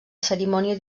cerimònia